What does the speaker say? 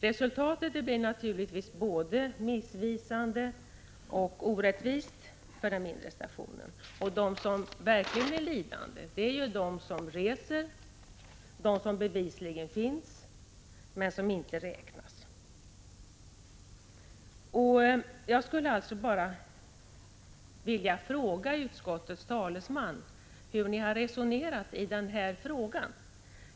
Resultatet blir naturligtvis både missvisande och orättvist för den mindre stationen, och de som verkligen blir lidande är de som reser, de som bevisligen finns men inte räknas. Jag skulle alltså bara vilja fråga utskottets talesman hur utskottet har resonerat i denna fråga.